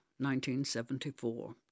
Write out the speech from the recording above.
1974